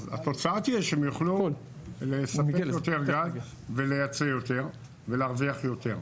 אז התוצאה תהיה שהם יוכלו לספק יותר גז ולייצא יותר ולהרוויח יותר,